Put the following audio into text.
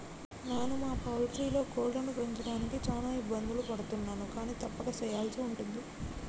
నాను మా పౌల్ట్రీలో కోళ్లను పెంచడానికి చాన ఇబ్బందులు పడుతున్నాను కానీ తప్పక సెయ్యల్సి ఉంటది